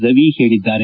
ರವಿ ಹೇಳಿದ್ದಾರೆ